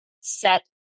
set